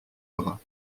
bras